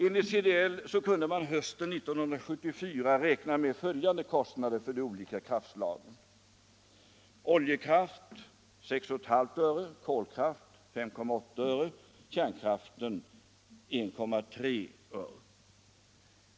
Enligt CDL kunde man hösten 1974 räkna med följande kostnader per kWh för de olika kraftslagen: oljekraft 6,5 öre, kolkraft 5,8 öre, kärnkraft 1,3 öre.